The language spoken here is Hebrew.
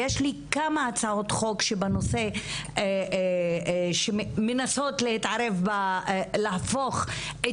יש לי כמה הצעות חוק שבנושא שמנסות להפוך את